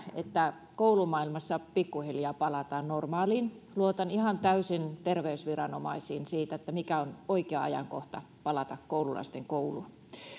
että koulumaailmassa pikkuhiljaa palataan normaaliin luotan ihan täysin terveysviranomaisiin siinä mikä on oikea ajankohta koululaisten palata kouluun